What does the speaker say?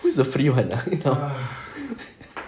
who's the free one ah